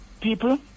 people